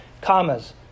Commas